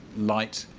light,